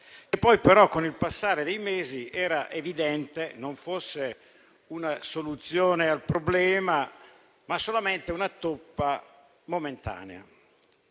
che poi però, con il passare dei mesi, era evidente non fosse una soluzione al problema, ma solamente una toppa momentanea.